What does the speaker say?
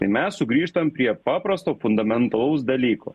tai mes sugrįžtam prie paprasto fundamentalaus dalyko